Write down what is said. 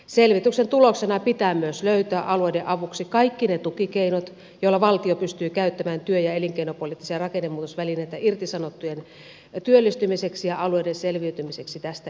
selvityksen tuloksena pitää myös löytää alueiden avuksi kaikki ne tukikeinot joilla valtio pystyy käyttämään työ ja elinkeinopoliittisia rakennemuutosvälineitä irtisanottujen työllistämiseksi ja alueiden selviytymiseksi tästä eteenpäin